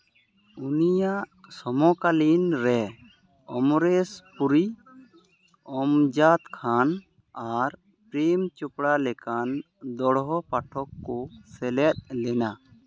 ᱩᱱᱤᱭᱟᱜ ᱥᱚᱢᱚᱠᱟᱞᱤᱱ ᱨᱮ ᱚᱢᱚᱨᱮᱥᱯᱩᱨᱤ ᱚᱢᱡᱟᱛ ᱠᱷᱟᱱ ᱟᱨ ᱯᱨᱮᱢ ᱪᱳᱯᱲᱟ ᱞᱮᱠᱟᱱ ᱫᱚᱦᱲᱚ ᱯᱟᱴᱷᱚᱠ ᱠᱚ ᱥᱮᱞᱮᱫ ᱞᱮᱱᱟ